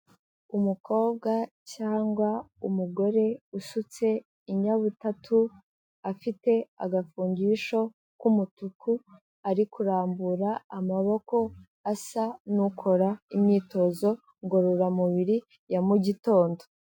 Umukobwa cyangwa umugore usutse inyabutatu, afite agafungisho k'umutuku, ari kurambura amaboko, asa n'ukora imyitozo ngororamubiri ya mu gitondo.